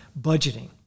budgeting